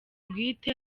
bwite